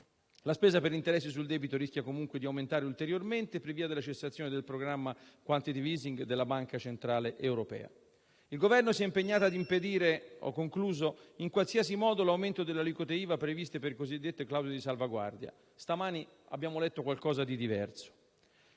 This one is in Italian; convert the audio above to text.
La spesa per interessi sul debito rischia comunque di aumentare ulteriormente per via della cessazione del programma di *quantitative easing* della Banca centrale europea. Il Governo si è impegnato a impedire in qualsiasi modo l'aumento delle aliquote IVA previste dalle clausole di salvaguardia, e stamani abbiamo letto qualcosa di diverso.